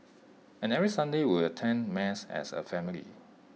and every Sunday we would attend mass as A family